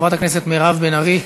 חברת הכנסת מירב בן ארי,